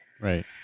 Right